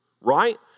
right